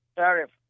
tariff